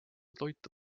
toitu